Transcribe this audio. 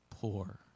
poor